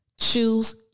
choose